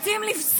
אתם רוצים לפסול.